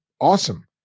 awesome